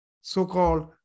so-called